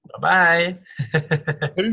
bye-bye